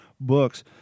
books